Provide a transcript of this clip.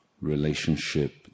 relationship